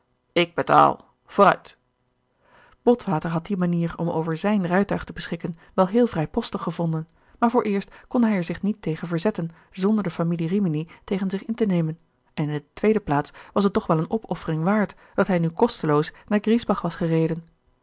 ik betaal vooruit botwater had die manier om over zijn rijtuig te beschikken wel heel vrijpostig gevonden maar vooreerst kon hij er zich niet tegen verzetten zonder de familie rimini tegen zich in te nemen en in de tweede plaats was het toch wel een opoffering waard dat hij nu kosteloos naar griesbach was gereden